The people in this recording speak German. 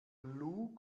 lou